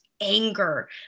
anger